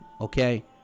Okay